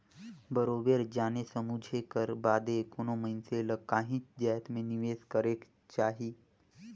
बरोबेर जाने समुझे कर बादे कोनो मइनसे ल काहींच जाएत में निवेस करेक जाही